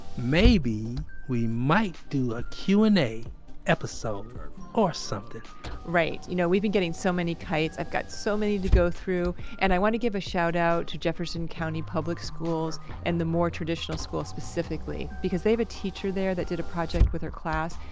maybe, we might do a q and a episode or something right. you know, we've been getting so many kites i've got so many to go through, and i want to give a shout out to jefferson county public schools and the moore traditional school, specifically because they have a teacher there that did a project with her class,